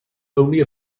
only